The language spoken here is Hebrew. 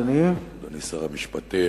אדוני שר המשפטים,